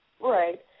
Right